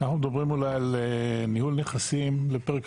אנחנו מדברים אולי על ניהול נכסים לפרק